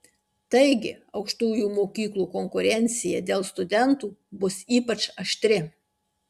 taigi aukštųjų mokyklų konkurencija dėl studentų bus ypač aštri